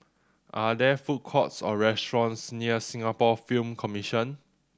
are there food courts or restaurants near Singapore Film Commission